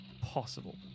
possible